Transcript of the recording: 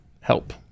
Help